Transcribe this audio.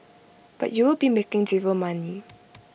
but you'll be making zero money